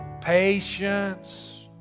patience